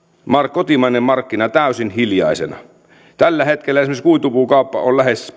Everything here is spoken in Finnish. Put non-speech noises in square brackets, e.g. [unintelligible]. kotimainen markkina täysin hiljaisena tällä hetkellä esimerkiksi kuitupuun kauppa on lähes [unintelligible]